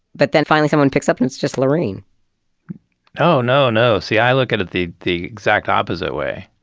but then finally someone picks up and it's just lorene oh no, no. see, i look at it the the exact opposite way.